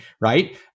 right